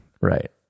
right